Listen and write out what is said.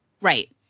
Right